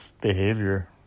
behavior